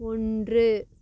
ஒன்று